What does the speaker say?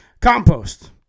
Compost